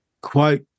quote